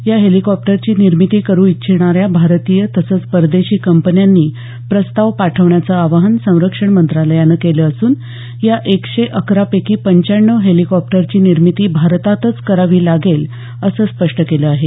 या हेलिकॉप्टरची निर्मिती करू इच्छिणाऱ्या भारतीय तसंच परदेशी कंपन्यांनी प्रस्ताव पाठवण्याचं आवाहन संरक्षण मंत्रालयानं केलं असून या एकशे अकरा पैकी पंचाण्णव हेलिकॉप्टरची निर्मिती भारतातच करावी लागेल असं स्पष्ट केलं आहे